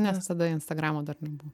nes tada instagramo dar nebuvo